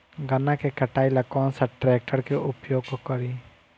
गन्ना के कटाई ला कौन सा ट्रैकटर के उपयोग करी?